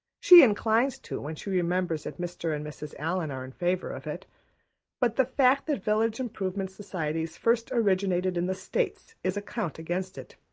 she inclines to, when she remembers that mr. and mrs. allan are in favor of it but the fact that village improvement societies first originated in the states is a count against it.